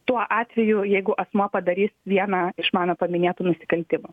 tuo atveju jeigu asmuo padarys vieną iš mano paminėtų nusikaltimų